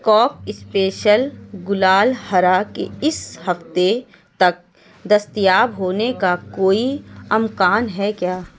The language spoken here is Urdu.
کاک اسپیشل گلال ہرا کے اس ہفتے تک دستیاب ہونے کا کوئی امکان ہے کیا